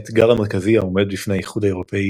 האתגר המרכזי העומד בפני האיחוד האירופי